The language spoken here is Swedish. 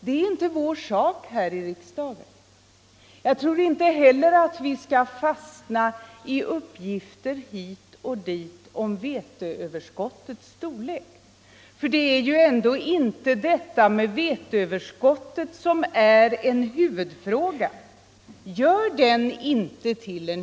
Jag anser att vi inte heller bör fastna i olika uppgifter om veteöverskottets storlek — det är ju ändå inte en huvudfråga.